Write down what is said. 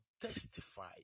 testify